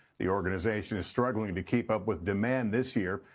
the organization is struggling to keep up with demand this year.